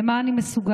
למה אני מסוגל?